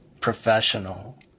professional